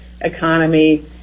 economy